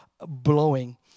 blowing